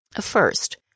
First